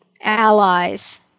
allies